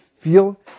feel